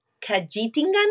Kajitingan